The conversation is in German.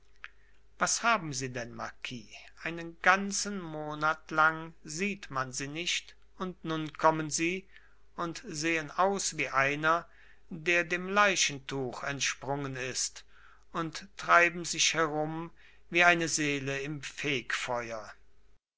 was haben sie denn marquis einen ganzen monat lang sieht man sie nicht und nun kommen sie und sehen aus wie einer der dem leichentuch entsprungen ist und treiben sich herum wie eine seele im fegfeuer